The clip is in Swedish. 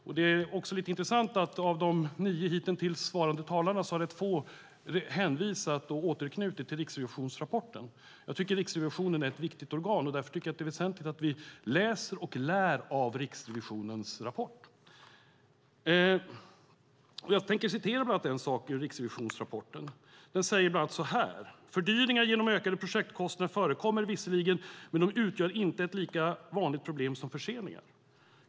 Av de nio ledamöter som hittills talat har få hänvisat och återknutit till Riksrevisionens rapport. Riksrevisionen är ett viktigt organ, och därför är det väsentligt att vi läser och lär av rapporten. I rapporten står bland annat: "Fördyringar genom ökade projektkostnader förekommer visserligen, men de utgör inte ett lika vanligt problem som förseningar.